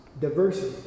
diversity